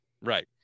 right